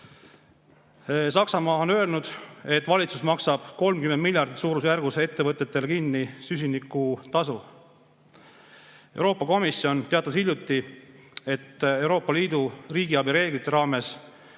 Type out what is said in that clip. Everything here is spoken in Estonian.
Saksamaa on öelnud, et valitsus maksab suurusjärgus 30 miljardit ettevõtetele kinni süsinikutasu. Euroopa Komisjon teatas hiljuti, et Euroopa Liidu riigiabi reeglite raames